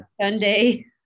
Sunday